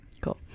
Cool